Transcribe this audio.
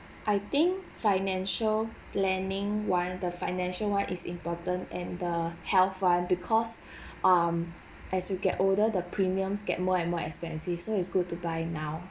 I think financial planning one the financial one is important and the health one because um as you get older the premiums get more and more expensive so it's good to buy now